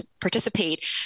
participate